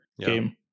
game